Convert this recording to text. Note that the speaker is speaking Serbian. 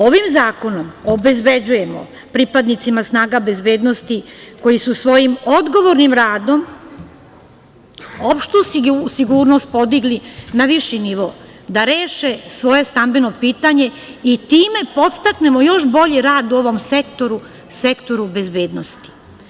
Ovim zakonom obezbeđujemo pripadnicima snaga bezbednosti koji su svojim odgovornim radom, opštu sigurnost podigli na viši nivo, da reše svoje stambeno pitanje i time podstaknemo još bolji rad u ovom sektoru, sektoru bezbednosti.